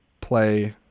play